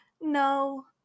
no